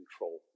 control